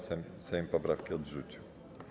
Sejm poprawki odrzucił.